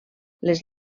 les